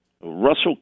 Russell